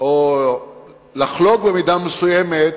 או לחלוק במידה מסוימת